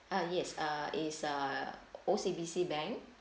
uh yes uh is uh O_C_B_C bank